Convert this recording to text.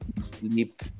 sleep